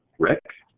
rick?